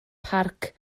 parc